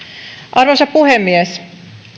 arvoisa puhemies